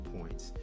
points